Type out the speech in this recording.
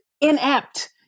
inept